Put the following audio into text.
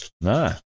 No